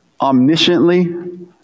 omnisciently